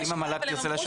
אבל אם המל"ג תרצה לשנות?